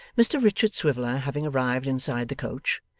mr richard swiveller having arrived inside the coach,